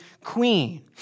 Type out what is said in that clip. queen